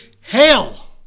hell